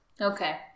Okay